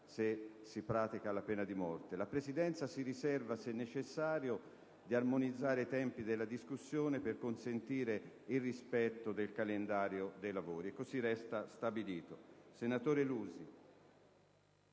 se si ricorre alla pena di morte. La Presidenza pertanto si riserva, se necessario, di armonizzare i tempi della discussione della mozione per consentire il rispetto del calendario dei lavori. Così resta stabilito.